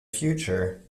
future